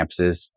campuses